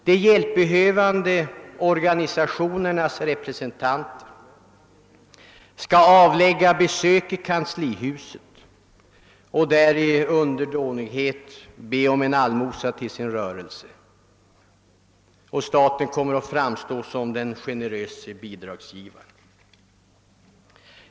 De hjälpbehövande organisationernas representanter skall avlägga besök i kanslihuset och där i underdånighet be om en allmosa till sin rörelse, och staten kommer att framstå som den generöse bidragsgivaren.